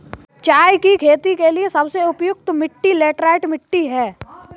चाय की खेती के लिए सबसे उपयुक्त मिट्टी लैटराइट मिट्टी है